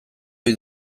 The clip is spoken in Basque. ohi